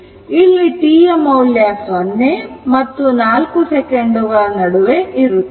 ಇಲ್ಲಿ t ಯ ಮೌಲ್ಯ 0 ಮತ್ತು 4 second ಗಳ ನಡುವೆ ಇರುತ್ತದೆ